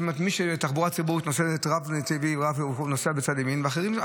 שהתחבורה הציבורית נוסע בצד ימין ואחרים לא.